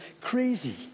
crazy